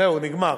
זהו, נגמר.